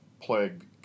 plague